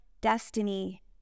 destiny